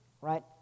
right